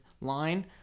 line